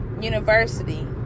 University